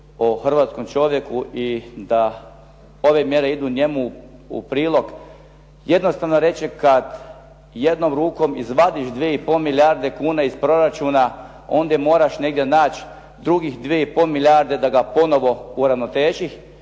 o hrvatskom čovjeku i da ove mjere idu njemu u prilog, jednostavno reče kad jednom rukom izvadiš 2,5 milijarde kuna iz proračuna, onda ih moraš negdje naći drugih 2,5 milijarde da ga ponovno uravnotežite